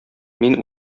мин